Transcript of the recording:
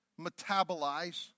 metabolize